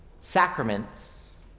sacraments